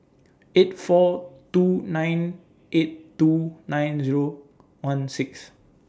eight four two nine eight two nine Zero one six